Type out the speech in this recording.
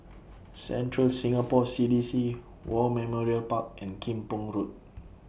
Central Singapore C D C War Memorial Park and Kim Pong Road